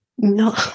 No